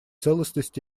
целостность